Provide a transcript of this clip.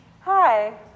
Hi